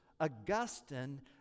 Augustine